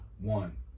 One